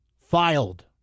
filed